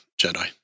Jedi